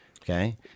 Okay